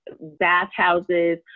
bathhouses